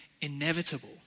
inevitable